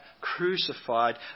crucified